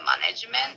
management